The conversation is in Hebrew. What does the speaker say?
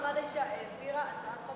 הוועדה לקידום מעמד האשה העבירה הצעת חוק